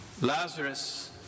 Lazarus